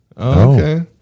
Okay